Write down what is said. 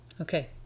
Okay